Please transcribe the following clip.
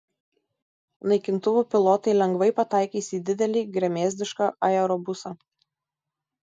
naikintuvų pilotai lengvai pataikys į didelį gremėzdišką aerobusą